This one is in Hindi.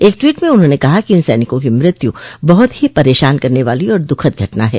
एक ट्वीट में उन्होंने कहा कि इन सैनिकों की मृत्यु बहुत ही परेशान करने वाली और दुःखद घटना है